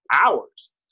hours